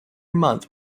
month